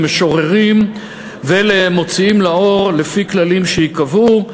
למשוררים ולמוציאים לאור לפי כללים שייקבעו.